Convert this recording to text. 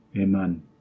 Amen